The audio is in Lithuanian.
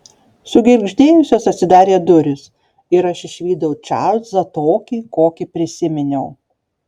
sugirgždėjusios atsidarė durys ir aš išvydau čarlzą tokį kokį prisiminiau